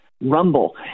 Rumble